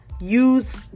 use